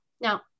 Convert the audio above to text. Now